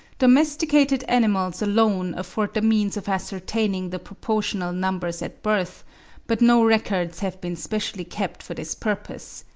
domesticated animals alone afford the means of ascertaining the proportional numbers at birth but no records have been specially kept for this purpose.